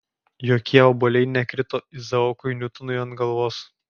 jokie obuoliai nekrito izaokui niutonui ant galvos